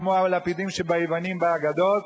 כמו הלפידים אצל היוונים באגדות,